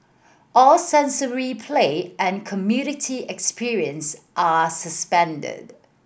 all sensory play and community experience are suspended